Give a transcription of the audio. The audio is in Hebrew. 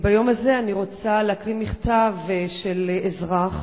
ביום הזה אני רוצה להקריא מכתב של אזרח